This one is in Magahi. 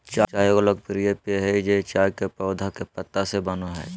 चाय एगो लोकप्रिय पेय हइ ई चाय के पौधा के पत्ता से बनो हइ